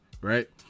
right